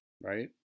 Right